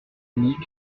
unique